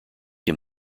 him